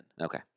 Okay